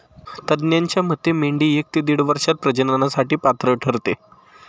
तज्ज्ञांच्या मते मादी मेंढी एक ते दीड वर्षात प्रजननासाठी पात्र ठरते